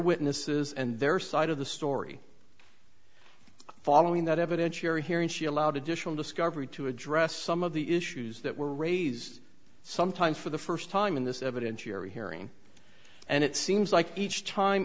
witnesses and their side of the story following that evidentiary hearing she allowed additional discovery to address some of the issues that were raised sometimes for the first time in this evidence you're hearing and it seems like each time